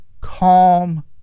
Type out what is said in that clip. Calm